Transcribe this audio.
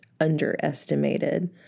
underestimated